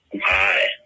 hi